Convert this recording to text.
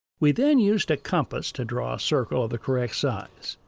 we then used a compass to draw a circle of the correct size.